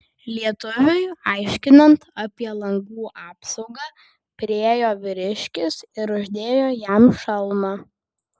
lietuviui aiškinant apie langų apsaugą priėjo vyriškis ir uždėjo jam šalmą